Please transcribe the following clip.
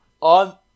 on